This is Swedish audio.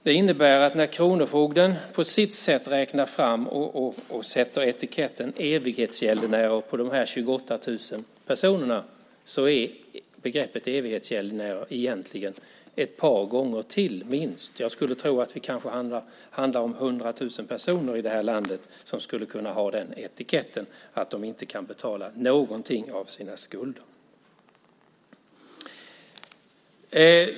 Det innebär att när kronofogden på sitt sätt räknar fram och sätter etiketten evighetsgäldenärer på de 28 000 personerna gäller begreppet evighetsgäldenärer egentligen ett par gånger till minst. Jag skulle tro att det handlar om 100 000 personer i det här landet som skulle kunna ha den etiketten att de inte kan betala någonting av sina skulder.